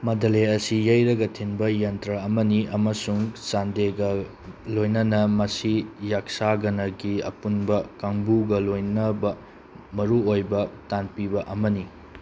ꯃꯗꯂꯦ ꯑꯁꯤ ꯌꯩꯔꯒ ꯊꯤꯟꯕ ꯌꯟꯇ꯭ꯔ ꯑꯃꯅꯤ ꯑꯃꯁꯨꯡ ꯆꯥꯟꯗꯦꯒ ꯂꯣꯏꯅꯅ ꯃꯁꯤ ꯌꯛꯁꯥꯒꯅꯒꯤ ꯑꯄꯨꯟꯕ ꯀꯥꯡꯕꯨꯒ ꯂꯣꯏꯅꯕ ꯃꯔꯨ ꯑꯣꯏꯕ ꯇꯥꯟ ꯄꯤꯕ ꯑꯃꯅꯤ